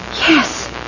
Yes